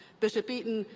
bishop eaton,